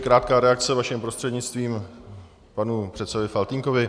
Krátká reakce vaším prostřednictvím k panu předsedovi Faltýnkovi.